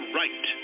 right